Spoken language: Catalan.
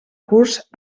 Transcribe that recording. curs